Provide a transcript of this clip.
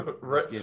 Right